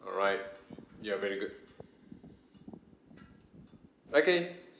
alright ya very good okay